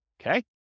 Okay